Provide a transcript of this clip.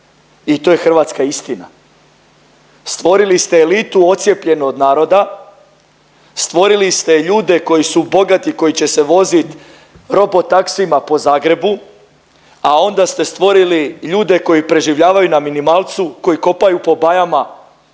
I to je hrvatska istina. Stvorili ste elitu odcijepljenu od naroda, stvorili ste ljude koji su bogati, koji će se voziti robotaksijima po Zagrebu, a onda ste stvorili ljude koji preživljavaju na minimalcu, koji kopaju po bajama,